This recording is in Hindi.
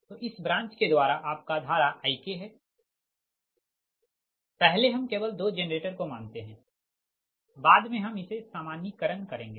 तो इस ब्रांच के द्वारा आपका धारा IK है पहले हम केवल दो जेनरेटर को मानते है बाद में हम इसे सामान्यीकरण करेंगे